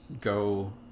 go